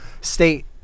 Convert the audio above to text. state